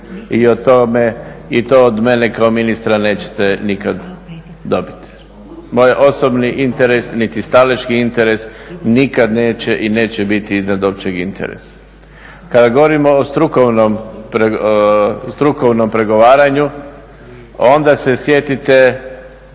i to od mene kao ministra neće nikad dobiti. Moj osobni interes niti staleški interes nikada neće i neće biti iznad općeg interesa. Kada govorimo o strukovnom pregovaranju, onda se sjetite